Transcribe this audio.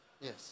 Yes